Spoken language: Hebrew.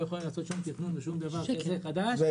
יכולים לעשות שום תכנון ושום דבר חדש בלי להתייחס לנגישות.